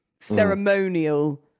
ceremonial